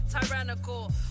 tyrannical